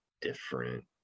different